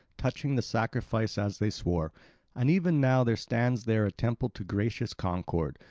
touching the sacrifice as they swore and even now there stands there a temple to gracious concord,